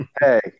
hey